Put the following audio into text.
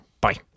Bye